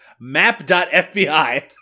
map.fbi